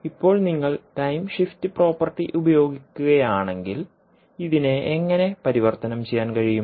ഇപ്പോൾ നിങ്ങൾ time shift property ഉപയോഗിക്കുകയാണെങ്കിൽ ഇതിനെ ഇങ്ങനെ പരിവർത്തനം ചെയ്യാൻ കഴിയും